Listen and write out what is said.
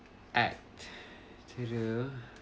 act to do